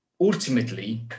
ultimately